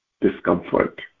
discomfort